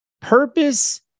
purpose